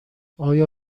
آیا